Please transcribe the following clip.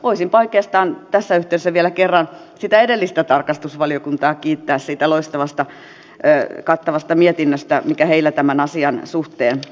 voisinpa oikeastaan tässä yhteydessä vielä kerran sitä edellistä talousvaliokuntaa kiittää siitä loistavasta kattavasta mietinnöstä mikä heillä tämän asian suhteen oli